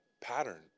pattern